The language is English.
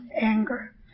anger